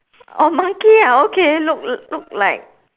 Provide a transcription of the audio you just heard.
oh monkey ah okay look l~ look like